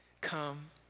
Come